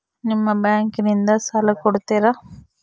ನಿಮ್ಮ ಬ್ಯಾಂಕಿನಿಂದ ಸಾಲ ಕೊಡ್ತೇರಾ?